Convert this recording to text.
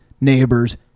neighbors